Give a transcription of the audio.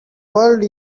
world